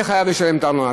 יהיה חייב לשלם את הארנונה.